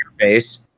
face